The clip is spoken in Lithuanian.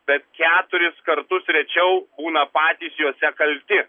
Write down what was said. bet keturis kartus rečiau būna patys jose kalti